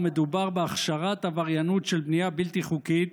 ומדובר בהכשרת עבריינות של בנייה בלתי חוקית